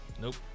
nope